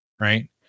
right